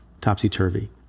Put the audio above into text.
topsy-turvy